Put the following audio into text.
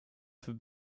für